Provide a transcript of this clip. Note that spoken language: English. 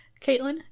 Caitlin